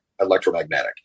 electromagnetic